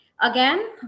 again